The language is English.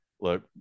look